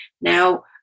Now